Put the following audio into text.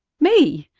me?